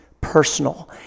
personal